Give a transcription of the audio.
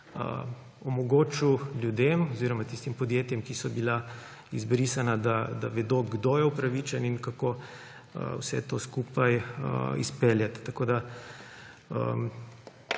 omogočil ljudem oziroma tistim podjetjem, ki so bila izbrisana, da vedo, kdo je upravičen in kako vse to skupaj izpeljati. Vložen